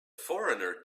foreigner